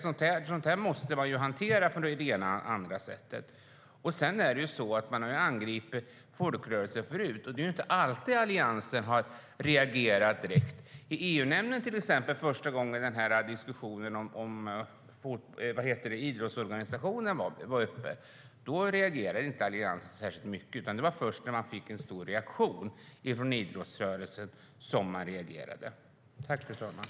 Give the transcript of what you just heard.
Sådant måste man hantera på det ena eller andra sättet.